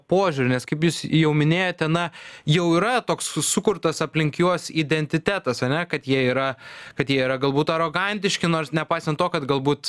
požiūrį nes kaip jūs jau minėjote na jau yra toks su sukurtas aplink juos identitetas ane kad jie yra kad jie yra galbūt arogantiški nors nepaisant to kad galbūt